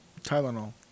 Tylenol